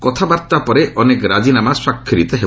କଥାବାର୍ତ୍ତା ପରେ ଅନେକ ରାଜିନାମା ସ୍ୱାକ୍ଷରିତ ହେବ